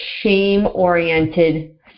shame-oriented